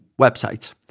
websites